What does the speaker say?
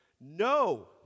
No